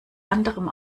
anderem